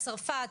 צרפת,